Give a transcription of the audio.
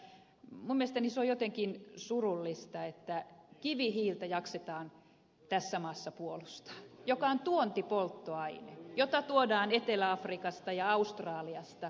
minun mielestäni se on jotenkin surullista että kivihiiltä jaksetaan tässä maassa puolustaa joka on tuontipolttoaine jota tuodaan etelä afrikasta ja australiasta